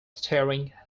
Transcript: staring